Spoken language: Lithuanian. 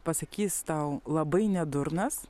pasakys tau labai ne durnas